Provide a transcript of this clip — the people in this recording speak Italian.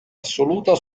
assoluta